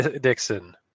Dixon